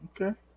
Okay